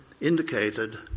indicated